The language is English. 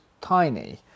tiny